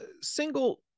single